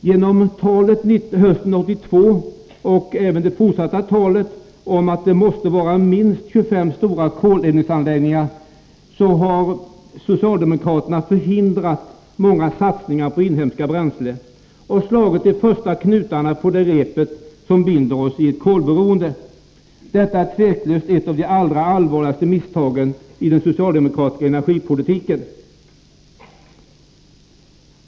Genom talet hösten 1982 och även i fortsättningen om att det krävs minst 25 stora koleldningsanläggningar har socialdemokraterna förhindrat många satsningar på inhemska bränslen och slagit de första knutarna på repet som binder oss i ett kolberoende. Detta är tveklöst ett av de allra allvarligaste misstagen i den socialdemokratiska energipolitiken.